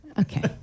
Okay